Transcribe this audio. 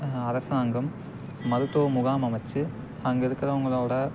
அரசாங்கம் மருத்துவ முகாம் அமைச்சி அங்கே இருக்கிறவங்களோட